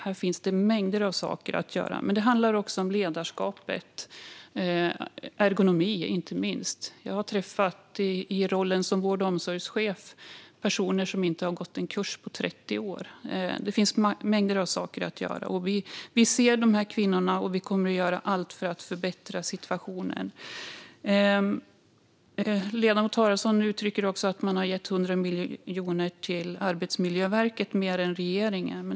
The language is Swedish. Här finns det mängder av saker att göra. Det handlar också om ledarskapet och inte minst ergonomi. Jag har i rollen som vård och omsorgschef träffat personer som inte har gått en kurs på 30 år. Det finns mängder av saker att göra. Vi ser de här kvinnorna, och vi kommer att göra allt för att förbättra situationen. Ledamoten Haraldsson uttrycker också att man har gett 100 miljoner mer än regeringen till Arbetsmiljöverket.